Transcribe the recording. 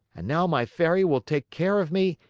and now my fairy will take care of me,